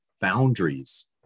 boundaries